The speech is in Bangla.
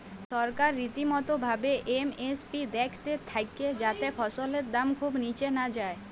সরকার রীতিমতো ভাবে এম.এস.পি দ্যাখতে থাক্যে যাতে ফসলের দাম খুব নিচে না যায়